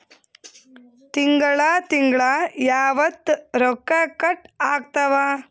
ತಿಂಗಳ ತಿಂಗ್ಳ ಯಾವತ್ತ ರೊಕ್ಕ ಕಟ್ ಆಗ್ತಾವ?